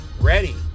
ready